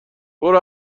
برو